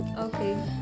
Okay